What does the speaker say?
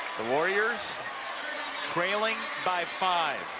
the warriors trailing by five.